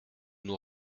nous